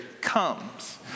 comes